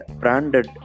branded